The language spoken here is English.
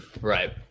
Right